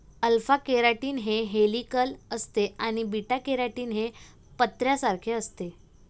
alpha keratin हे helical असते आणि बीटा केराटीन हे पत्र्यासारखे असते